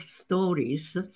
stories